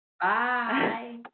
Bye